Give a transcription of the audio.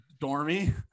Dormy